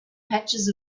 patches